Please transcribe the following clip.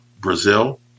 Brazil